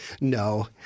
no